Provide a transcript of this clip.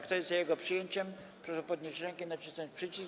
Kto jest za jego przyjęciem, proszę podnieść rękę i nacisnąć przycisk.